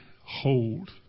hold